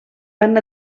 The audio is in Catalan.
van